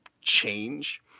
change